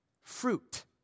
fruit